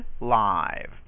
live